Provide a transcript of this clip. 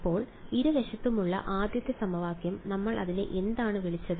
അപ്പോൾ ഇരുവശത്തുമുള്ള ആദ്യത്തെ സമവാക്യം നമ്മൾ അതിനെ എന്താണ് വിളിച്ചത്